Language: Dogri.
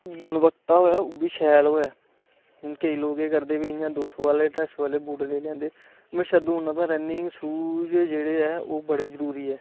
गुणवत्ता होऐ ओह् बी शैल होऐ हून केईं लोग केह् करदे भाई इ'यां दो सौ आह्ले ढाई सौ आह्ले बूट लेई लैंदे म्हेशा दौड़ना तुसें रन्निंग शूज जेह्ड़े ऐ ओह् बड़े जरूरी ऐ